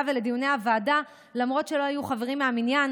ולדיוני הוועדה למרות שלא היו חברים מהמניין,